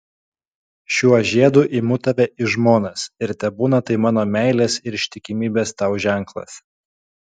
šiuo žiedu imu tave į žmonas ir tebūna tai mano meilės ir ištikimybės tau ženklas